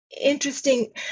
interesting